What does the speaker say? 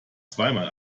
zweimal